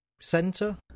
center